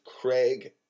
Craig